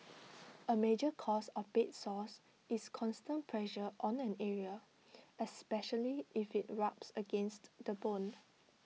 A major cause of bed sores is constant pressure on an area especially if IT rubs against the bone